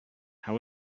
how